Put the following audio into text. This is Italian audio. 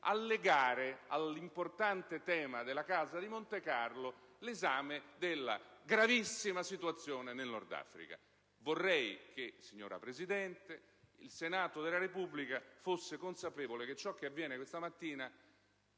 allegare all'importante tema della casa di Montecarlo l'esame della gravissima situazione nel Nordafrica. Vorrei, signora Presidente, che il Senato della Repubblica fosse consapevole che ciò che avviene questa mattina